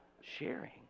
sharing